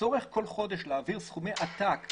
הצורך כל חודש להעביר סכומי עתק,